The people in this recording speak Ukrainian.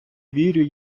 вірю